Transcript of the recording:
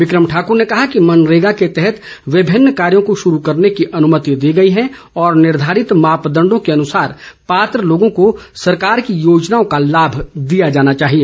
बिक्रम ठाकूर ने कहा कि मनरेगा के तहत विभिन्न कार्यो को शुरू करने की अनुमति दी गई है और निर्धारित मापदंडों के ॅ अनुसार पात्र लोगों को सरकार की योजनाओं का लाभ दिया जाना चाहिए